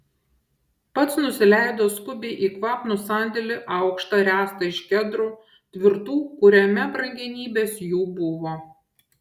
pats nusileido skubiai į kvapnų sandėlį aukštą ręstą iš kedrų tvirtų kuriame brangenybės jų buvo